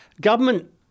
government